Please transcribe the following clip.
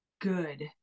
good